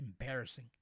embarrassing